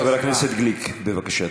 חבר הכנסת גליק, בבקשה.